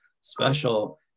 special